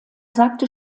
sagte